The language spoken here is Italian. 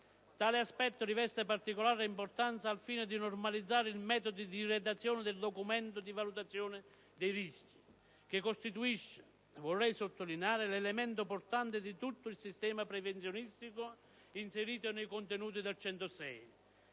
Tale aspetto riveste particolare importanza al fine di normalizzare il metodo di redazione del Documento di valutazione del rischio (DVR) che costituisce l'elemento portante di tutto il sistema prevenzionistico inserito nei contenuti del